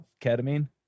ketamine